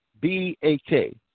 B-A-K